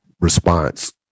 response